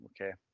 okay